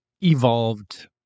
evolved